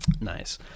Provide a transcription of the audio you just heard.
Nice